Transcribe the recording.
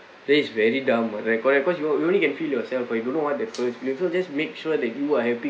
that is very dumb [what] right cause you won't you only can feel yourself cause you don't know what that first you also just make sure that you are happy